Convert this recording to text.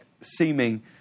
seeming